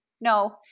No